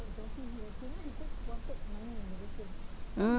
mm